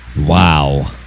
Wow